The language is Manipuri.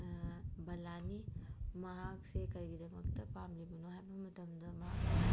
ꯕꯂꯥꯅꯤ ꯃꯍꯥꯛꯁꯦ ꯀꯔꯤꯒꯤꯗꯃꯛꯇ ꯄꯥꯝꯂꯤꯕꯅꯣ ꯍꯥꯏꯕ ꯃꯇꯝꯗ ꯃꯍꯥꯛꯅ